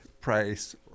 price